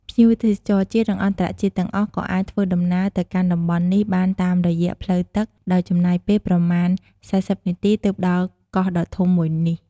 ភ្ញៀវទេសចរជាតិ និងអន្តរជាតិទាំងអស់ក៏អាចធ្វើដំណើរទៅកាន់តំបន់នេះបានតាមរយៈផ្លូវទឹក ដោយចំណាយពេលប្រមាណ៤០នាទី ទើបដល់កោះដ៏ធំមួយនេះ។